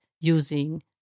using